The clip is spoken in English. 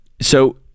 So-